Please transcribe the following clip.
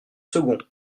second